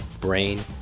Brain